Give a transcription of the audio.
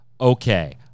okay